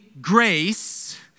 grace